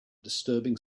disturbing